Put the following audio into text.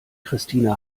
christina